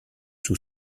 sous